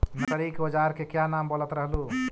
Nursery के ओजार के क्या नाम बोलत रहलू?